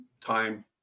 time